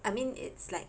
I mean it's like